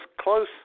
close